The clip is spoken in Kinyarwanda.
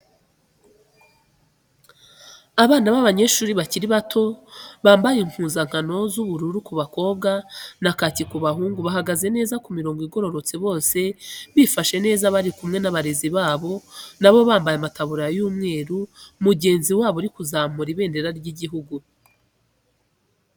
Abana b'abanyeshuri bakiri bato bambaye impuzankano z'ubururu ku bakobwa na kaki ku bahungu bahagaze neza ku mirongo igororotse bose bifashe neza bari kumwe n'abarezi babo nabo bambaye amataburiya y'umweru mugenzi wabo ari kuzamura ibendera ry'igihugu.